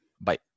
Bye